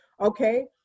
okay